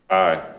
aye.